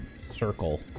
circle